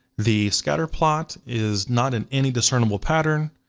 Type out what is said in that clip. the scatterplot is not in any discernible pattern,